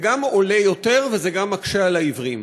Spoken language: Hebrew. זה גם עולה יותר וזה גם מקשה על העיוורים.